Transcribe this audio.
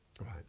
Right